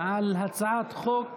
על הצעת חוק